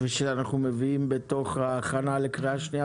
ושאנחנו מביאים בתוך ההכנה לקריאה שנייה